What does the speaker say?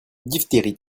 diphtérie